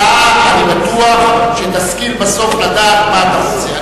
אתה, אני בטוח שתשכיל בסוף לדעת מה אתה רוצה.